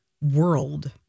World